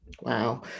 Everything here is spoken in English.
Wow